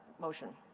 motion.